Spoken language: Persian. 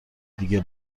دیگه